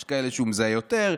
יש כאלה שהוא מזהה יותר,